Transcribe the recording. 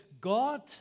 God